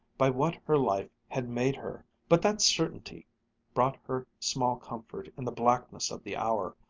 by what her life had made her. but that certainty brought her small comfort in the blackness of the hour.